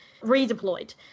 redeployed